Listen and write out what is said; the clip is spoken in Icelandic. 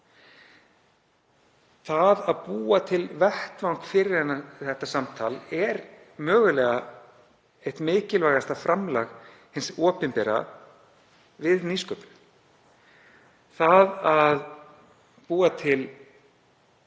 Það að búa til vettvang fyrir það samtal er mögulega eitt mikilvægasta framlag hins opinbera við nýsköpun. Það að búa til